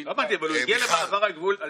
וגם בחברה הערבית נהנים ממנה.